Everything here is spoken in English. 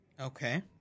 Okay